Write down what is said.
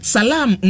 Salam